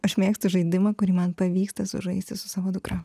aš mėgstu žaidimą kurį man pavyksta žaisti su savo dukra